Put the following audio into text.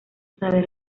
saber